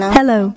Hello